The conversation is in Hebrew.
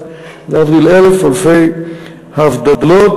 להבדיל אלף אלפי הבדלות.